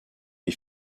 des